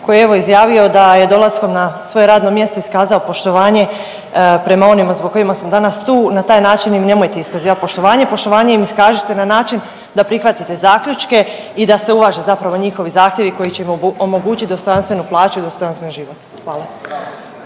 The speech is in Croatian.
koji je evo izjavio da je dolaskom na svoje radno mjesto iskazao poštovanje prema onima zbog kojima smo danas tu. Na taj način im nemojte iskazivati poštovanje. Poštovanje im iskažite na način da prihvatite zaključke i da se uvaže zapravo njihovi zahtjevi koji će im omogućiti dostojanstvenu plaću i dostojanstven život. Hvala.